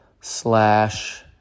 slash